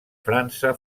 frança